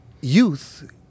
youth